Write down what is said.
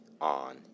on